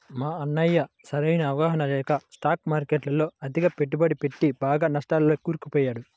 మా అన్నయ్య సరైన అవగాహన లేక స్టాక్ మార్కెట్టులో అతిగా పెట్టుబడి పెట్టి బాగా నష్టాల్లోకి కూరుకుపోయాడు